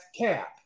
cap